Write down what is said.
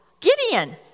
Gideon